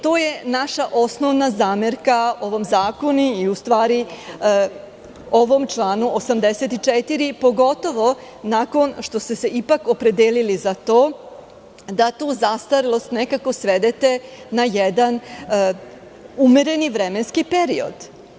To je naša osnovna zamerka u zakonu i ovom članu 84, pogotovo što ste se ipak opredelili za to da tu zastarelost nekako svedete na jedan umereni vremenski period.